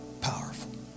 powerful